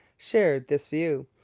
shared this view,